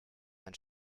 ein